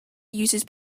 uses